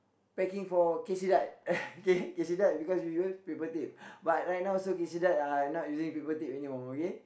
packing for uh K because we use paper plate but right now so uh not using paper plate anymore okay